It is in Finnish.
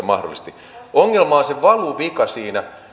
mahdollisesti ongelma on se valuvika siinä